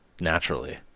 naturally